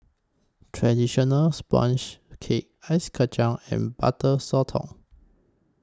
Traditional Sponge Cake Ice Kachang and Butter Sotong